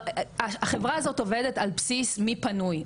החברה הזאת עובדת על בסיס "מי פנוי?".